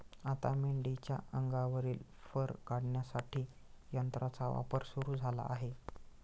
आता मेंढीच्या अंगावरील फर काढण्यासाठी यंत्राचा वापर सुरू झाला आहे